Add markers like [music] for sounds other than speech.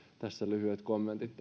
tässä lyhyet kommentit [unintelligible]